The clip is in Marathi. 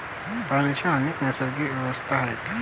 पाण्याच्या अनेक नैसर्गिक अवस्था आहेत